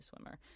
swimmer